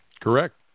Correct